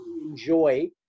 enjoy